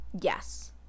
yes